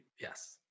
Yes